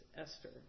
Esther